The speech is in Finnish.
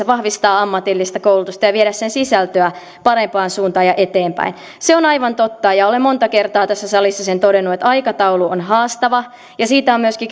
vahvistaa ammatillista koulutusta ja viedä sen sisältöä parempaan suuntaan ja eteenpäin se on aivan totta ja olen monta kertaa tässä salissa sen todennut että aikataulu on haastava ja siitä on myöskin